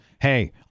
Hey